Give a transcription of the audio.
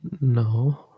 No